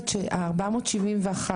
471